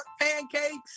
pancakes